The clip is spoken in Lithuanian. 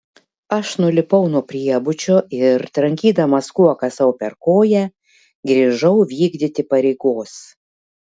aš nulipau nuo priebučio ir trankydamas kuoka sau per koją grįžau vykdyti pareigos